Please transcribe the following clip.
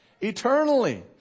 Eternally